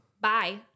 bye